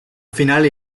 finale